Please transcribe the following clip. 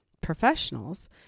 professionals